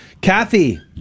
Kathy